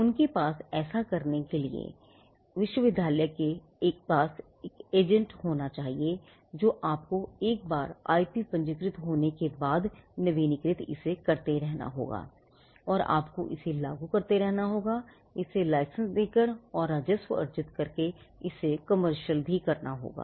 उनके पास ऐसा करने के लिए उनके पास विश्वविद्यालय के पास एक पेटेंट एजेंट होना चाहिए और आपको एक बार आईपी पंजीकृत होने के बाद आपको इसे नवीनीकृत करते रहना होगा आपको इसे लागू करते रहना होगा और इसे लाइसेंस देकर और राजस्व अर्जित करके इसे कमर्शियल करना होगा